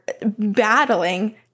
battling